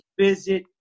visit